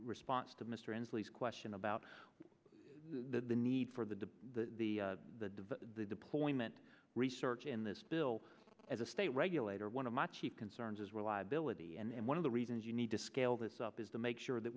response to mr inslee question about the need for the the the the the deployment research in this bill as a state regulator one of my chief concerns is reliability and one of the reasons you need to scale this up is the make sure that